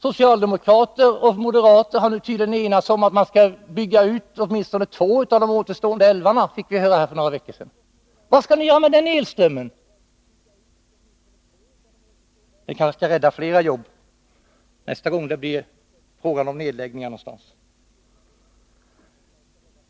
Socialdemokrater och moderater har nu tydligen enats om att man skall bygga ut åtminstone två av de återstående älvarna. Detta fick vi höra här för några veckor sedan. Vad skall ni göra med den elströmmen? Den kanske skall rädda flera jobb nästa gång det blir fråga om nedläggningar någonstans.